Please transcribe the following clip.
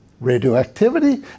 radioactivity